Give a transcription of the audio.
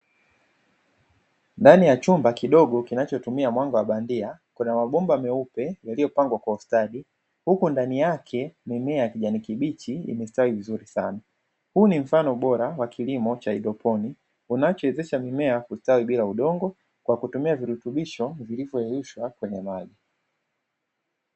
Ndani ya chumba kidogo kinachotumia mwanga wa bandia kuna mabomba meupe yaliyopangwa kwa ustadi, huku ndani yake mimea ya kijani kibichi imestawi vizuri sana. Huu ni mfano bora wa kilimo cha haidroponi, unachowezesha mimea kustawi bila udongo, kwa kutumia virutubisho vilivyoyeyushwa kwenye maji.